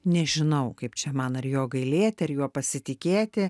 nežinau kaip čia man ar jo gailėti ar juo pasitikėti